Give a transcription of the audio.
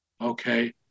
Okay